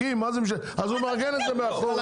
אז הוא מארגן את זה מאחורה,